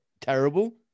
terrible